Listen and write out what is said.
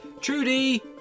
Trudy